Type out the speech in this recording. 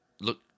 look